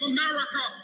America